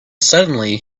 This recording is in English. suddenly